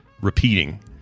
repeating